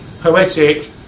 poetic